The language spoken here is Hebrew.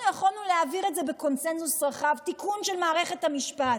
אנחנו יכולנו להעביר בקונסנזוס רחב תיקון של מערכת המשפט,